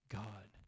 god